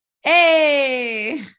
Hey